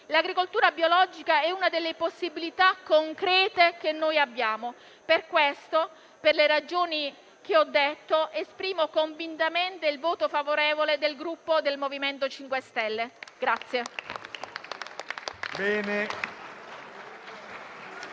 L'agricoltura biologica è una delle possibilità concrete che abbiamo. Per questo, per le ragioni che ho illustrato, dichiaro convintamente il voto favorevole del Gruppo MoVimento 5 Stelle.